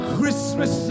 Christmas